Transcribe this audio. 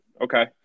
okay